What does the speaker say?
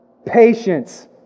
patience